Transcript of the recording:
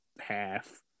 Half